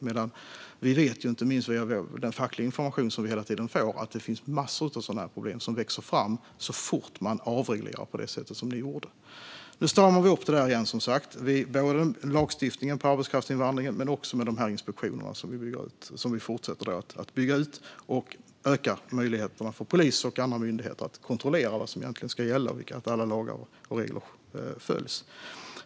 Men vi vet, inte minst genom den fackliga information som vi hela tiden får, att det finns massor av sådana problem som växer fram så fort man avreglerar på det sätt som ni gjorde. Nu stramar vi som sagt upp detta, och det görs både genom lagstiftningen för arbetskraftsinvandring och genom de inspektioner som vi fortsätter att bygga ut. Vi utökar möjligheterna för polisen och andra myndigheter att informera om vad som egentligen gäller och att kontrollera att alla lagar och regler följs.